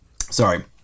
Sorry